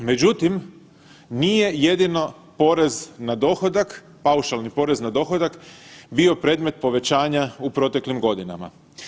Međutim, nije jedino porez na dohodak paušalni porez na dohodak bio predmet povećanja u proteklim godinama.